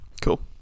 Cool